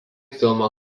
filmo